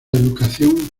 educación